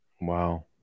Wow